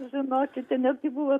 žinokite netgi buvo